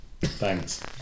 thanks